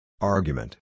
Argument